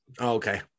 Okay